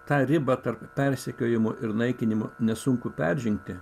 tą ribą tarp persekiojimo ir naikinimo nesunku peržengti